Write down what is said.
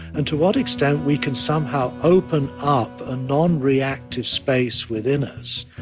and to what extent we can somehow open up a nonreactive space within us.